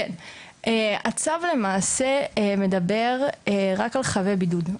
הצו למעשה מדבר רק על חבי בידוד,